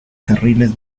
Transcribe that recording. carriles